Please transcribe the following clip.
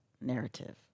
narrative